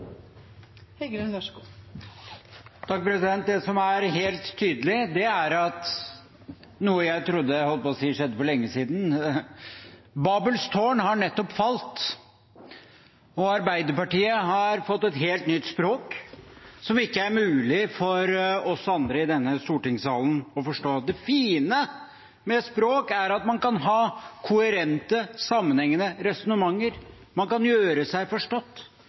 noe jeg trodde skjedde for lenge siden – at Babels tårn nettopp har falt, og Arbeiderpartiet har fått et helt nytt språk, som ikke er mulig for oss andre i denne stortingssalen å forstå. Det fine med språk er at man kan ha koherente, sammenhengende resonnementer, man kan gjøre seg forstått,